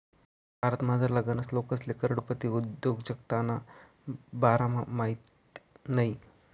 भारतमझारला गनच लोकेसले करोडपती उद्योजकताना बारामा माहित नयी